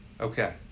Okay